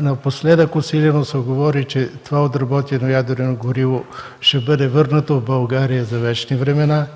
Напоследък усилено се говори, че това отработено ядрено гориво ще бъде върнато в България за вечни времена